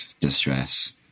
distress